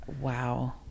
Wow